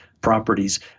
properties